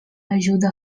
ajuda